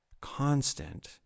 constant